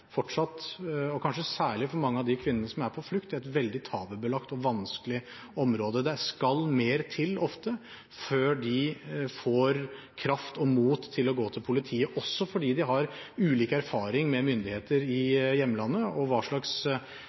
fortsatt, og kanskje særlig for mange av de kvinnene som er på flukt, et veldig tabubelagt og vanskelig område. Det skal ofte mer til før de får kraft og mot til å gå til politiet, også fordi de har ulik erfaring med myndigheter i hjemlandet, og